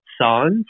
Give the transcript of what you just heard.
songs